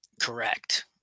Correct